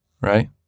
right